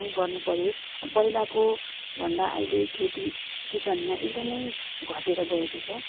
नै गर्नुपऱ्यो पहिलाको भन्दा अहिले खेती किसानमा एकदमै घटेर गएको छ